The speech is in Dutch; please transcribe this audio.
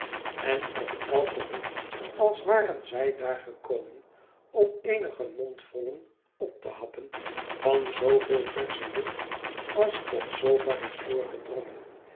en op elken hoek als waren zij daar gekomen om eenige mondvollen op te happen van zooveel versche lucht als tot zoover is doorgedrongen